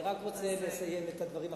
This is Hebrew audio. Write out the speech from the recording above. אני רק רוצה לסיים את הדברים החשובים.